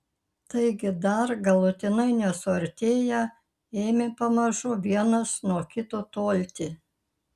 taigi dar galutinai nesuartėję ėmė pamažu vienas nuo kito tolti